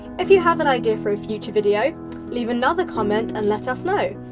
if you have an idea for a future video leave another comment and let us know.